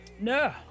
No